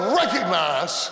recognize